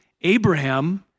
Abraham